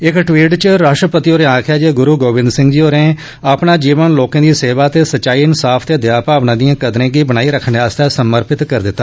इक ट्वीट च राश्ट्रपति होरें आक्खेआ जे ग्रूरू गोबिंद सिंह जी होरें अपना जीवन लोकें दी सेवा ते सच्चाई इंसाफ ते दया भावना दिए कदरे गी बनाई रक्खने आस्तै समर्पित करी दिता